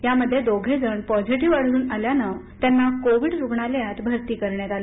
यामध्ये दोधेजण पॉझिटिव्ह आढळून आल्याने त्यांना कोविड रुग्णालयात भरती करण्यात आल